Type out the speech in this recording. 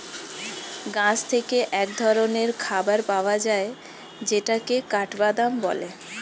গাছ থেকে এক ধরনের খাবার পাওয়া যায় যেটাকে কাঠবাদাম বলে